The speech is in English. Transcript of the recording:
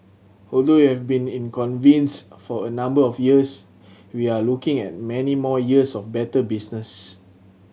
although we have been for a number of years we are looking at many more years of better business